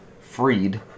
freed